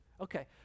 Okay